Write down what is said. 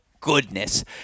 goodness